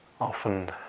often